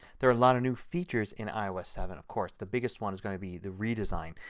there a lot of new features in ios seven of course. the biggest one is going to be the redesign.